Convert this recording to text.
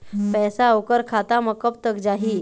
पैसा ओकर खाता म कब तक जाही?